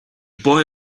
boy